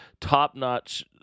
top-notch